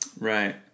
right